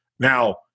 Now